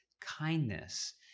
kindness